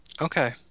Okay